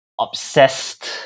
obsessed